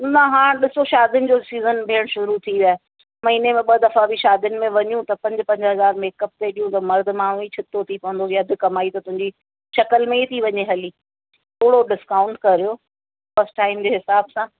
न हाणि ॾिसो शादियुनि जो सीज़न भेण शुरू थि वियो आहे महीने में ॿ दफ़ा बि शादियुनि में वञूं त पंज पंज हज़ार मेक अप ते ॾियूं त मर्द माण्हू ई छितो थी पवंदो की अधु कमाई त तुंहिंजी शकल में ई थी वञे हली थोरो डिस्काउंट करियो फ़र्स्ट टाइम जे हिसाब सां